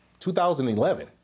2011